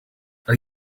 are